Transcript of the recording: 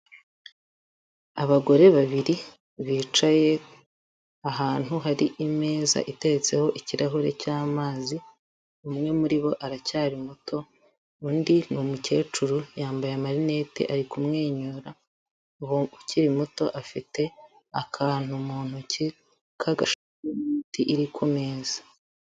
Abagore babiri bicaye ahantu hari imeza iteretseho ikirahure cy'amazi, umwe muri bo aracyari muto undi ni umukecuru yambaye amarinete ari kumwenyura, uwo ukiri muto afite akantu mu ntoki k'agashuti iri kumeza.